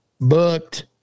Booked